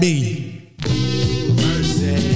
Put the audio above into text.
Mercy